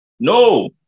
No